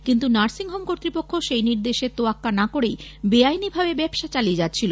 কিন্তু নার্সিংহোম কর্তৃপক্ষ সেই নির্দেশের তোয়াক্কা না করেই বেআইনিভাবে ব্যবসা চালিয়ে যাচ্ছিল